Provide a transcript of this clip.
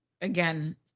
again